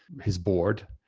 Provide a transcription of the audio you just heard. his board,